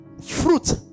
Fruit